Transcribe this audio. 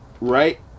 right